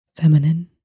feminine